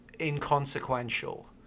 inconsequential